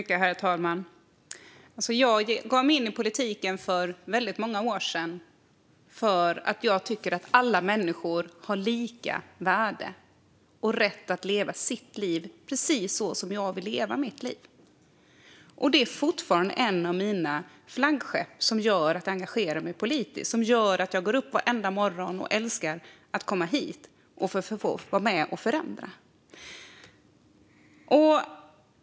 Herr talman! Jag gav mig in i politiken för väldigt många år sedan därför att jag tycker att alla människor har lika värde och rätt att leva sitt liv precis så som de vill leva sitt liv. Det är fortfarande ett av mina flaggskepp och det som gör att jag engagerar mig politiskt. Det är det som gör att jag går upp varenda morgon och älskar att komma hit och få vara med och förändra.